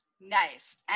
Nice